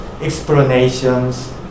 explanations